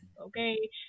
okay